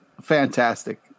fantastic